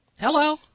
Hello